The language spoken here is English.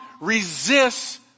resists